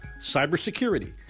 cybersecurity